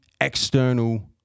external